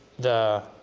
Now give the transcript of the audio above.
the